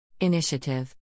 Initiative